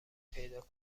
پیدا